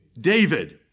David